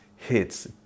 hits